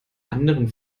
anderen